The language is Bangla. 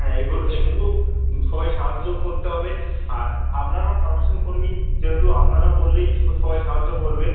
হ্যাঁ এইগুলো এগুলো সবাই সাহায্য করতে হবে আর আপনারা কর্পোরেশান কর্মী যেহেতু আপনারা বললেই স সবাই সাহায্য করবে